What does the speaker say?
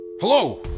Hello